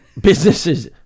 businesses